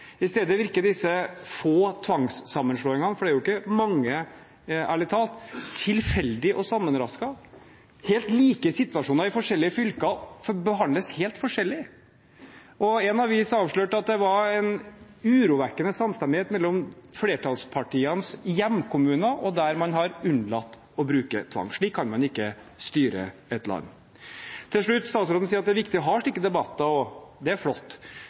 I stedet virker disse få tvangssammenslåingene – for det er jo ikke mange, ærlig talt – tilfeldige og sammenrasket. Helt like situasjoner i forskjellige fylker behandles helt forskjellig, og en avis avslørte at det var en urovekkende samstemmighet mellom flertallspartienes hjemkommuner og der man har unnlatt å bruke tvang. Slik kan man ikke styre et land. Til slutt: Statsråden sier at det er viktig å ha slike debatter. Det er flott.